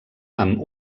amb